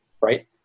right